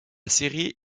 série